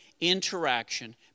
interaction